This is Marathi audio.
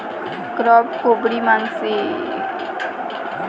क्रॅब, कोळंबी, कोळंबी मासे क्रस्टेसिअन्स नावाच्या अपृष्ठवंशी सजीवांचे आहेत